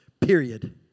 Period